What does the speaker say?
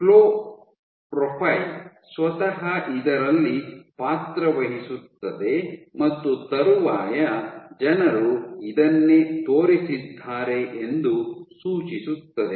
flow profile ಸ್ವತಃ ಇದರಲ್ಲಿ ಪಾತ್ರವಹಿಸುತ್ತದೆ ಮತ್ತು ತರುವಾಯ ಜನರು ಇದನ್ನೇ ತೋರಿಸಿದ್ದಾರೆ ಎಂದು ಸೂಚಿಸುತ್ತದೆ